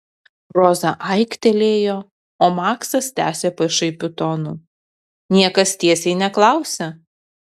roza aiktelėjo o maksas tęsė pašaipiu tonu niekas tiesiai neklausia